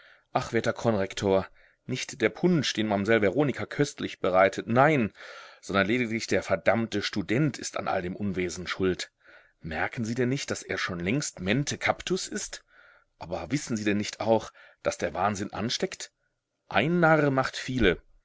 ach werter konrektor nicht der punsch den mamsell veronika köstlich bereitet nein sondern lediglich der verdammte student ist an all dem unwesen schuld merken sie denn nicht daß er schon längst mente captus ist aber wissen sie denn nicht auch daß der wahnsinn ansteckt ein narr macht viele